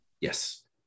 yes